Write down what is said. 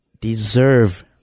deserve